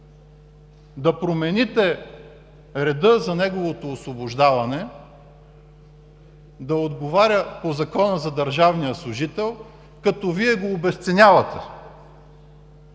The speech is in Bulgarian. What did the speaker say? да промените реда за неговото освобождаване – да отговаря по Закона за държавния служител, като го обезценявате.